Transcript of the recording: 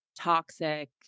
toxic